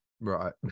right